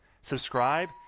subscribe